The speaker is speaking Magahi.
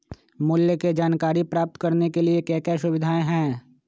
मूल्य के जानकारी प्राप्त करने के लिए क्या क्या सुविधाएं है?